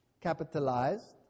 capitalized